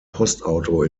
postauto